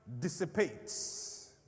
dissipates